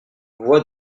voie